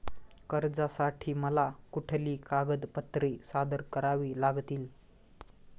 कर्जासाठी मला कुठली कागदपत्रे सादर करावी लागतील?